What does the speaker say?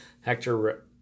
Hector